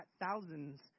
thousands